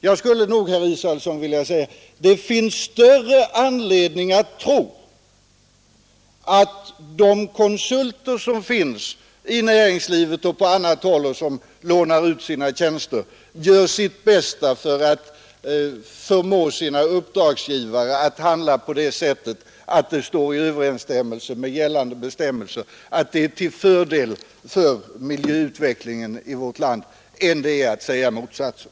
Jag skulle nog, herr Israelsson, vilja säga att det finns större anledning att tro, att de konsulter som lånar ut sina tjänster till näringslivet och åt annat håll gör sitt bästa för att förmå sina uppdragsgivare att handla på ett sätt som står i överensstämmelse med gällande regler — något som är till fördel för miljöutvecklingen i vårt land — än det är att tro motsatsen.